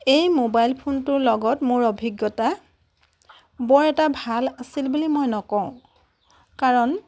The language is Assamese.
এই ম'বাইল ফোনটোৰ লগত মোৰ অভিজ্ঞতা বৰ এটা ভাল আছিল বুলি মই নকওঁ কাৰণ